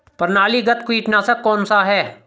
प्रणालीगत कीटनाशक कौन सा है?